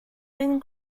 been